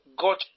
got